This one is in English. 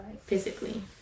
physically